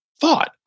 thought